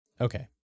Okay